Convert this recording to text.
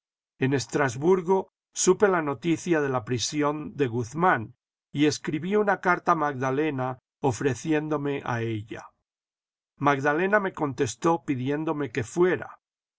en estrasburgo supe la noticia de la prisión de guzmán y escribí una carta a magdalena ofreciéndome a ella magdalena me contestó pidiéndome que fuera